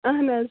اہن حظ